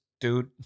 dude